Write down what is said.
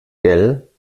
gell